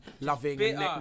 loving